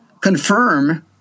confirm